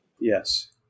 Yes